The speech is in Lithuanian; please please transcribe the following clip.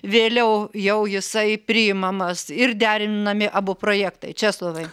vėliau jau jisai priimamas ir derinami abu projektai česlovai